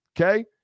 okay